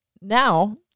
now